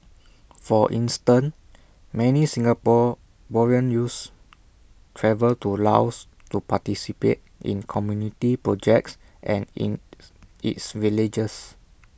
for instance many Singaporean youths travel to Laos to participate in community projects an in its villages